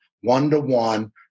one-to-one